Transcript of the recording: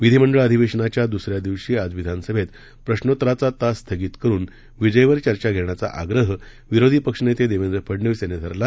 विधीमंडळ अधिवेशनाच्या दुसऱ्या दिवशी आज विधानसभेत प्रश्नोत्तराचा तास स्थगित करून विजेवर चर्चा घेण्याचा आग्रह विरोधी पक्षनेते देवेंद्र फडनवीस यांनी धरला